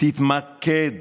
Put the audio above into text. תתמקד